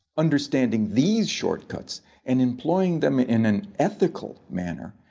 understanding these shortcuts and employing them in an ethical manner,